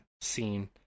scene